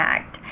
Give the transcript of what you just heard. Act